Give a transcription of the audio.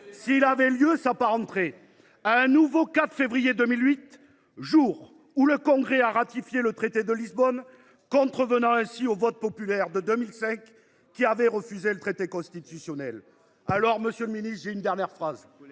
s’il avait lieu, s’apparenterait à un nouveau 4 février 2008, jour où le Congrès a ratifié le traité de Lisbonne, contrevenant ainsi au vote populaire de 2005, défavorable au traité constitutionnel. Monsieur le ministre, j’ai une dernière chose